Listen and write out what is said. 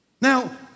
Now